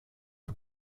for